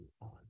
on